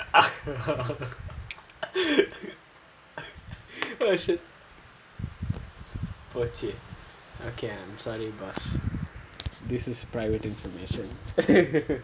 oh shit okay I'm sorry boss this is a private information